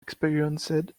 experienced